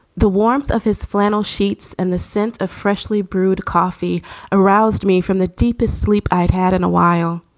the warmth of his flannel sheets and the scent of freshly brewed coffee aroused me from the deepest sleep i've had in a while.